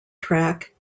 track